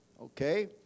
Okay